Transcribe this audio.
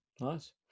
Nice